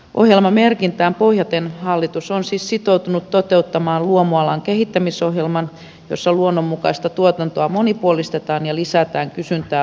ohjelmamerkintään pohjaten hallitus on siis sitoutunut toteuttamaan luomualan kehittämisohjelman jossa luonnonmukaista tuotantoa monipuolistetaan ja lisätään kysyntää vastaavaksi